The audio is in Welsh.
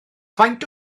faint